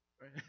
Right